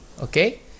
okay